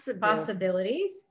possibilities